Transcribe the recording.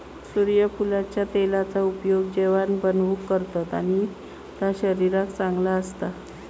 सुर्यफुलाच्या तेलाचा उपयोग जेवाण बनवूक करतत आणि ता शरीराक चांगला असता